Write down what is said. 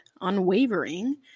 unwavering